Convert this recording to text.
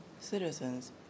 citizens